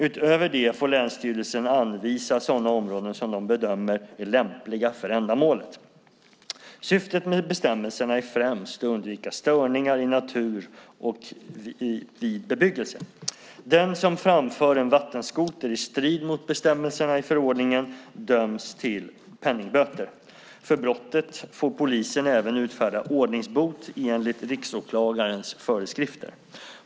Utöver det får länsstyrelsen anvisa sådana områden som de bedömer är lämpliga för ändamålet. Syftet med bestämmelserna är främst att undvika störningar i natur och vid bebyggelse. Den som framför en vattenskoter i strid mot bestämmelserna i förordningen döms till penningböter. För brottet får polisen även utfärda ordningsbot enligt riksåklagarens föreskrifter.